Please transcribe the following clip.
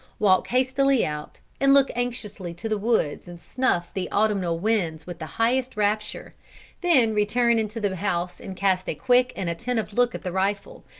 walk hastily out, and look anxiously to the woods and snuff the autumnal winds with the highest rapture then return into the house and cast a quick and attentive look at the rifle,